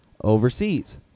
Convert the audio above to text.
overseas